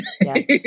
Yes